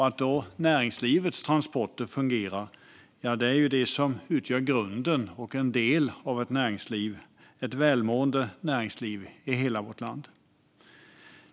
Att näringslivets transporter fungerar utgör grunden för ett välmående näringsliv i hela vårt land.